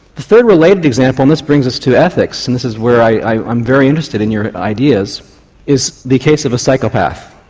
the third related example and this brings us to ethics, and this is where i'm very interested in your ideas is the case of a psychopath,